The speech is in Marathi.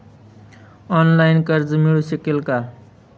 ऑनलाईन कर्ज मिळू शकेल का?